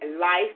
life